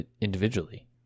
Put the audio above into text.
individually